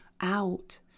out